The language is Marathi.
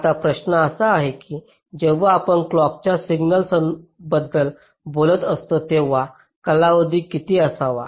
आता प्रश्न असा आहे की जेव्हा आपण क्लॉकाच्या सिग्नलबद्दल बोलत असतो तेव्हा कालावधी किती असावा